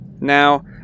Now